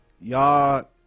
y'all